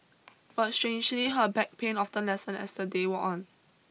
but strangely her back pain often lessened as the day wore on